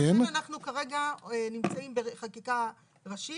כן -- אנחנו כרגע נמצאים בחקיקה ראשית